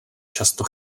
často